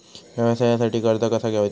व्यवसायासाठी कर्ज कसा घ्यायचा?